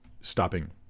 stopping